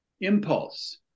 impulse